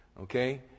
Okay